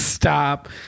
Stop